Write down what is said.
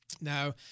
Now